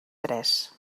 tres